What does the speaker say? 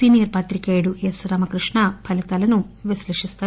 senior పాత్రికేయుడు S Ramakrishna ఫలితాలను విశ్వేషిస్తారు